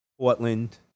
Portland